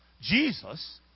Jesus